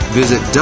visit